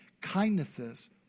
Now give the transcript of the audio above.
kindnesses